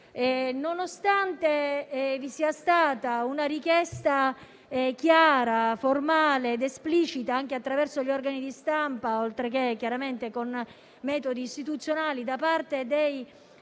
Nonostante vi sia stata una richiesta chiara, formale ed esplicita, anche attraverso gli organi di stampa, oltre che tramite i canali istituzionali, da parte del